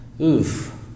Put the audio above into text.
oof